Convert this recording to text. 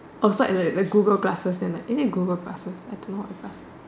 orh so like the Google glasses and like is it Google glasses I don't know what